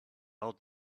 old